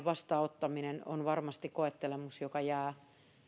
vastaanottaminen on varmasti koettelemus joka jää